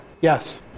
Yes